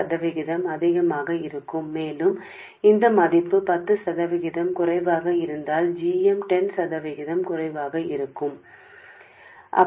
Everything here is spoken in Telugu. అదేవిధంగా ఈ విలువ 10 శాతం తక్కువగా ఉంటే gm కూడా 10 శాతం తక్కువగా ఉంటుంది